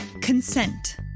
Consent